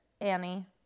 Annie